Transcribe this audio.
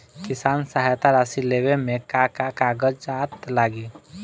किसान सहायता राशि लेवे में का का कागजात लागी?